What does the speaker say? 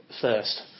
first